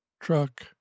truck